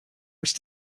which